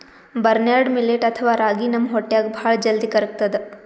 barnyard millet ಅಥವಾ ರಾಗಿ ನಮ್ ಹೊಟ್ಟ್ಯಾಗ್ ಭಾಳ್ ಜಲ್ದಿ ಕರ್ಗತದ್